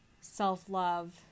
self-love